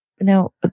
Now